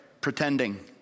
Pretending